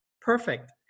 perfect